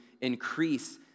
increase